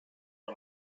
him